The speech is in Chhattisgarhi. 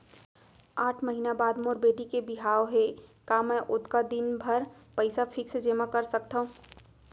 आठ महीना बाद मोर बेटी के बिहाव हे का मैं ओतका दिन भर पइसा फिक्स जेमा कर सकथव?